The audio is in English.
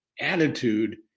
attitude